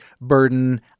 burden